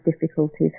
difficulties